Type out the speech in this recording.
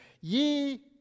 Ye